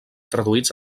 traduïts